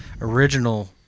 original